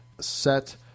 set